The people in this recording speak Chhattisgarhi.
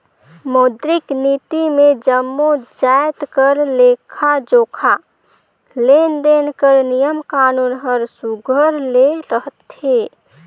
मौद्रिक नीति मे जम्मो जाएत कर लेखा जोखा, लेन देन कर नियम कानून हर सुग्घर ले रहथे